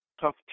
tough